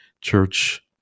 church